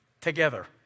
together